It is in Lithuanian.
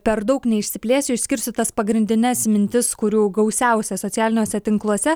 per daug neišsiplėsiu išskirsiu tas pagrindines mintis kurių gausiausia socialiniuose tinkluose